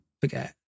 forget